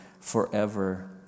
forever